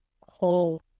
whole